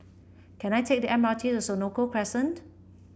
can I take the M R T to Senoko Crescent